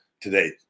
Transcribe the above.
today